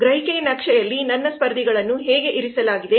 ಗ್ರಹಿಕೆಯ ನಕ್ಷೆಯಲ್ಲಿ ನನ್ನ ಸ್ಪರ್ಧಿಗಳನ್ನು ಹೇಗೆ ಇರಿಸಲಾಗಿದೆ